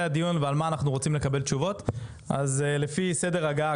הדיון ועל מה אנחנו רוצים לקבל תשובות אז לפי סדר ההגעה,